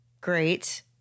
great